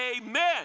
Amen